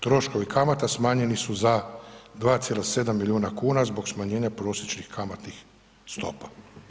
Troškovi kamata smanjeni su za 2,7 milijuna kuna zbog smanjenje prosječnih kamatnih stopa.